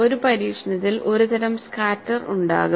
ഒരു പരീക്ഷണത്തിൽ ഒരുതരം സ്കാറ്റർ ഉണ്ടാകും